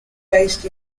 based